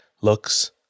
looks